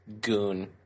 goon